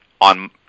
on